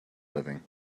living